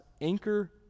anchor